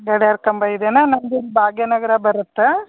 ಬೇಡಿಯಾರ ಕಂಬ ಇದೇನಾ ನಮ್ಮದು ಭಾಗ್ಯನಗರ ಬರತ್ತೆ